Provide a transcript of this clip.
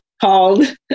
called